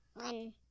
One